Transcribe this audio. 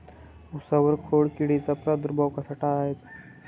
उसावर खोडकिडीचा प्रादुर्भाव कसा टाळायचा?